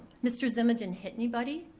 mr. zima didn't hit anybody.